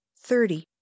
thirty